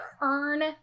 earn